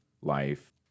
life